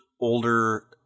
older